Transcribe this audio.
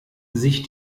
sich